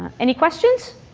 any questions?